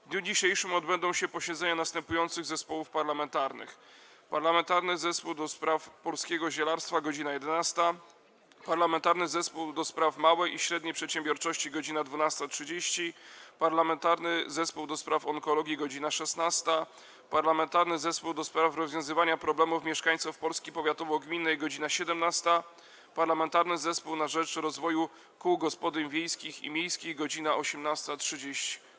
W dniu dzisiejszym odbędą się posiedzenia następujących zespołów parlamentarnych: - Parlamentarnego Zespołu ds. polskiego zielarstwa - godz. 11, - Parlamentarnego Zespołu Małej i Średniej Przedsiębiorczości - godz. 12.30, - Parlamentarnego Zespołu ds. Onkologii - godz. 16, - Parlamentarnego Zespołu ds. rozwiązywania problemów mieszkańców „Polski powiatowo-gminnej” - godz. 17, - Parlamentarnego Zespołu na rzecz Rozwoju Kół Gospodyń Wiejskich i Miejskich - godz. 18.30.